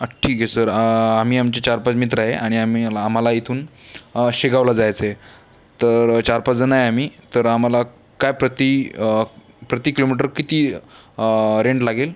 ठीक आहे सर आम्ही आमचे चार पाच मित्र आहे आणि आम्ही आम्हाला इथून शेगांवला जायचं आहे तर चार पाचजणं आहे आम्ही तर आम्हाला काय प्रति प्रति किलोमीटर किती रेंट लागेल